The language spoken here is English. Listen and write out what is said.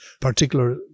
particular